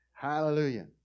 Hallelujah